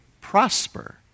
prosper